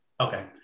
Okay